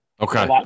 Okay